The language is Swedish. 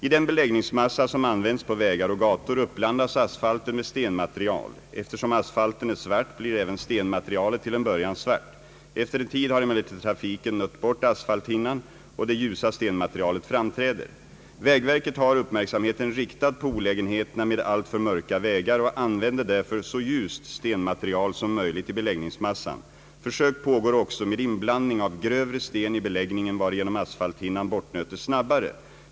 I den beläggningsmassa som används på vägar och gator uppblandas asfalten med stenmaterial. Eftersom asfalten är svart blir även stenmaterial till en början svart. Efter en tid har emellertid trafiken nött bort asfalthinnan och det ljusa stenmaterialet framträder. Vägverket har uppmärksamheten riktad på olägenheterna med alltför mörka vägar och använder därför så ljust stenmaterial som möjligt i beläggningsmassan. Försök pågår också med inblandning av grövre sten i beläggningen varigenom asfalthinnan bortnötes snabbare.